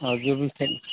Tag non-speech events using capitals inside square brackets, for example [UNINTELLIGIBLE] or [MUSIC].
और जो भी [UNINTELLIGIBLE]